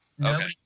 Okay